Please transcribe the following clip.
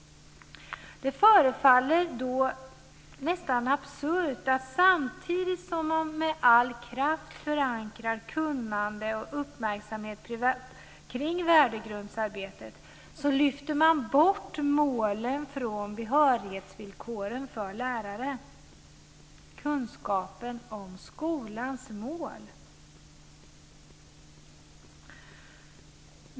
Det förefaller då nästan absurt att samtidigt som man med all kraft förankrar kunnande och uppmärksamhet kring värdegrundsarbetet så lyfter man bort målen från behörighetsvillkoren för lärare - kunskapen om skolans mål.